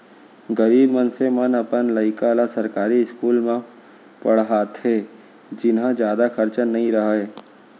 गरीब मनसे मन अपन लइका ल सरकारी इस्कूल म पड़हाथे जिंहा जादा खरचा नइ रहय